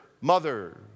mother